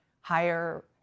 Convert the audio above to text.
higher